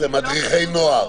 מדריכי נוער,